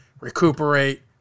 recuperate